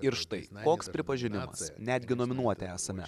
ir štai koks pripažinimas netgi nominuoti esame